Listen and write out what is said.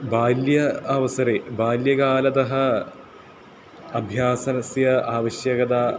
बाल्य अवसरे बाल्यकालतः अभ्यासस्य आवश्यकता